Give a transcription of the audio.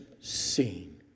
seen